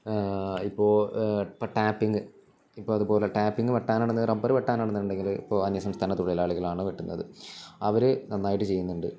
ഇപ്പോ ടാപ്പിങ് ഇപ്പോള് അതുപോലെ ടാപ്പിങ് വെട്ടാനാണെങ്കിൽ റബ്ബര് വെട്ടാനാണെന്നുണ്ടെങ്കില് ഇപ്പോള് അന്യസംസ്ഥാന തൊഴിലാളികളാണു വെട്ടുന്നത് അവര് നന്നായിട്ടു ചെയ്യുന്നുണ്ട്